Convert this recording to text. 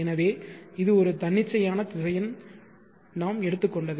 எனவே இது ஒரு தன்னிச்சையான திசையன் நாம் எடுத்துக் கொண்டது